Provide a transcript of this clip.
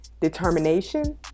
determination